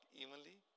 evenly